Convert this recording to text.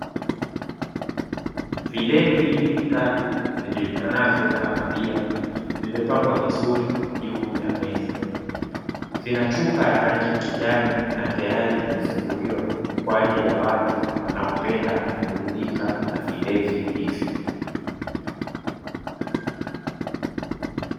Vilevi vitatu vijulikanavyo kama bia vimepangwa vizuri juu ya meza. Vina chupa ya rangi ya kijani na tayari vimefunguliwa kwa ajili ya watu wanaopenda kuburudika na vilevi hivyo.